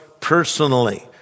personally